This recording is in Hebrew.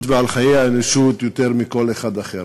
ועל חיי האנושות אולי יותר מכל אחד אחר.